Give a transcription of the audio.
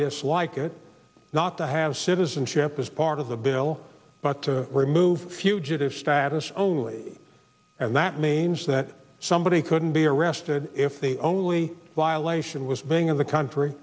dislike it not to have citizenship as part of the bill but to remove fugitive status only and that means that somebody couldn't be arrested if the only violation was being in the country